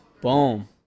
Boom